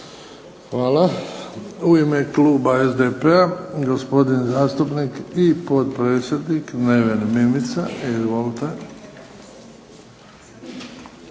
Hvala. U ime kluba SDP-a, gospodin zastupnik i potpredsjednik Neven Mimica. Izvolite.